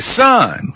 son